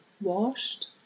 washed